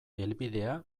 helbidea